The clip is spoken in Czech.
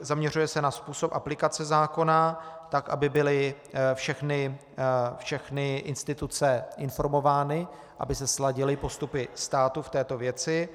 Zaměřuje se na způsob aplikace zákona tak, aby byly všechny instituce informovány, aby se sladily postupy státu v této věci.